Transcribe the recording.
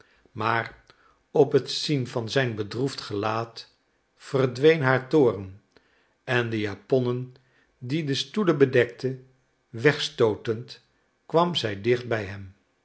maar op het zien van zijn bedroefd gelaat verdween haar toorn en de japonnen die de stoelen bedekten wegstootend kwam zij dicht bij hem